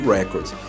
Records